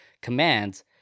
commands